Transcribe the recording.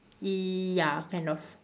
ya kind of